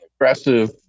aggressive